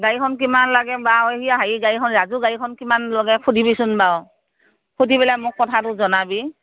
গাড়ীখন কিমান লাগে বা আৰু এতিয়া সেই গাড়ীখন ৰাজুৰ গাড়ীখন কিমান লাগে সুধিবিচোন বাৰু সুধি পেলাই মোক কথাটো জনাবি